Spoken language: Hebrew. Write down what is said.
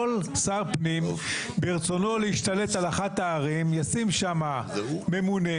כל שר פנים ברצונו להשתלט על אחת הערים ישים שם ממונה